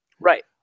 Right